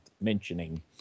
mentioning